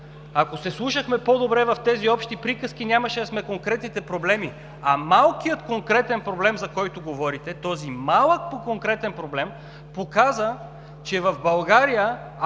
Ако се вслушвахме по-добре в тези „общи приказки“, нямаше да са конкретните проблеми, а малкият конкретен проблем, за който говорите, този малък конкретен проблем показа, че в България